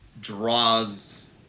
draws